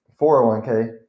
401k